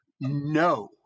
no